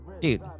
dude